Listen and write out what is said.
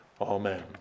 Amen